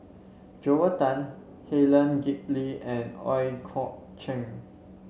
Joel Tan Helen Gilbey and Ooi Kok Chuen